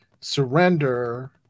surrender